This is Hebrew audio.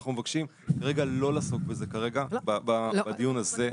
אנחנו מבקשים כרגע לא לעסוק בזה בדיון הזה.